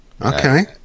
Okay